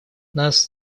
нас